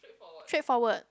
straightforward